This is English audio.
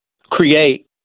create